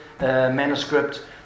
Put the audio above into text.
manuscript